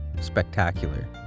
spectacular